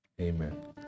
Amen